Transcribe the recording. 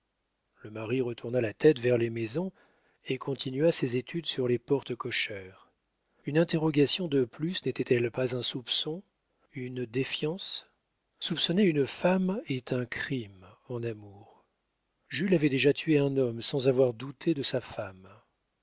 le mari retourna la tête vers les maisons et continua ses études sur les portes cochères une interrogation de plus n'était-elle pas un soupçon une défiance soupçonner une femme est un crime en amour jules avait déjà tué un homme sans avoir douté de sa femme